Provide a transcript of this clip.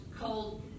cold